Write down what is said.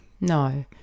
No